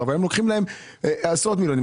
והיום לוקחים להם עשרות מיליוני שקלים.